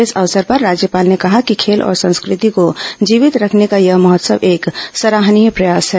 इस अवसर पर राज्यपाल ने कहा कि खेल और संस्कृति को जीवित रखने का यह महोत्सव एक सराहनीय प्रयास है